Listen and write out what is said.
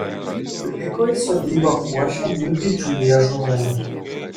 liko ir sodybą puošę du didžiuliai ąžuolai